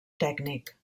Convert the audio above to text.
tècnic